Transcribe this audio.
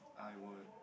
I were